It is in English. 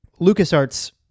LucasArts